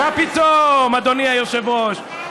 מה פתאום, אדוני היושב-ראש?